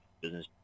business